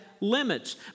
limits